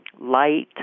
light